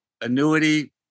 annuity